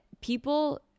people